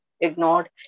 ignored